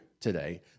today